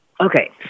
Okay